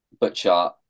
Butcher